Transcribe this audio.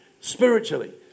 spiritually